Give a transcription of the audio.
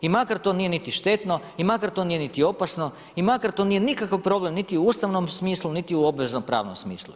I makar to nije niti štetno i makar to nije niti opasno i makar to nije nikakav problem, niti u ustavnom smislu, niti u obvezno pravnom smislu.